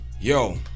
Yo